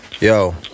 yo